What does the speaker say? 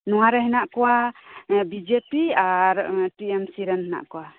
ᱱᱚᱣᱟ ᱨᱮ ᱦᱮᱱᱟᱜ ᱠᱚᱣᱟ ᱵᱤᱡᱮᱯᱤ ᱟᱨ ᱴᱤ ᱮᱢ ᱥᱤ ᱨᱮᱱ ᱦᱮᱱᱟᱜ ᱠᱚᱣᱟ